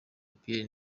pierre